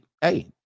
hey